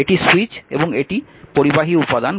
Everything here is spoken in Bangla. এটি সুইচ এবং এটি পরিবাহী উপাদান